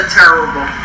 terrible